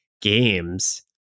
games